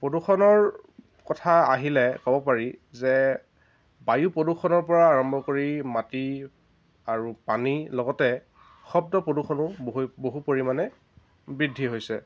প্ৰদূষণৰ কথা আহিলে ক'ব পাৰি যে বায়ু প্ৰদূষণৰ পৰা আৰম্ভ কৰি মাটি আৰু পানী লগতে শব্দ প্ৰদূষণো বহু পৰিমাণে বৃদ্ধি হৈছে